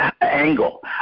angle